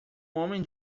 homem